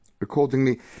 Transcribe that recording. Accordingly